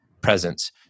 presence